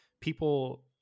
people